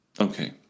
Okay